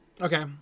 Okay